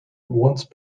once